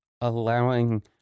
allowing